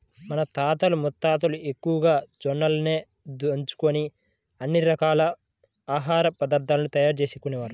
మన తాతలు ముత్తాతలు ఎక్కువగా జొన్నలనే దంచుకొని అన్ని రకాల ఆహార పదార్థాలను తయారు చేసుకునేవారు